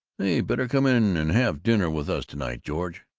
say, better come in and have dinner with us to-night, george.